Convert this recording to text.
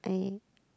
a